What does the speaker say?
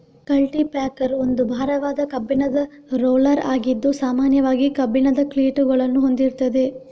culti packer ಒಂದು ಭಾರವಾದ ಕಬ್ಬಿಣದ ರೋಲರ್ ಆಗಿದ್ದು ಸಾಮಾನ್ಯವಾಗಿ ಕಬ್ಬಿಣದ ಕ್ಲೀಟುಗಳನ್ನ ಹೊಂದಿರ್ತದೆ